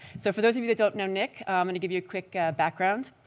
so for those of you who don't know nick, i'm going to give you a quick background.